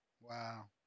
Wow